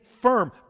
firm